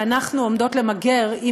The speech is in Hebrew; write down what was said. שאנחנו עומדות למגר,